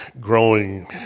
growing